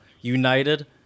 United